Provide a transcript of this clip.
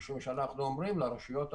משום שאנחנו אומרים לרשויות המקומיות: